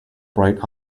bright